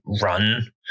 run